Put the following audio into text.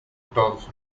todos